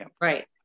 Right